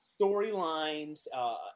storylines